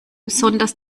besonders